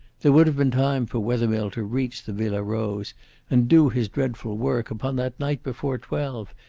there would have been time for wethermill to reach the villa rose and do his dreadful work upon that night before twelve,